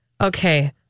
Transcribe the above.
Okay